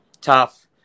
tough